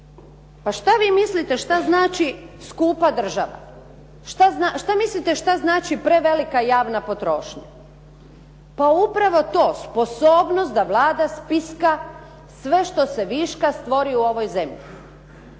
Pa što vi mislite što znači skupa država? Što mislite što znači prevelika javna potrošnja? Pa upravo to, sposobnost da Vlada spiska sve što se viška stvori u ovom zemlji.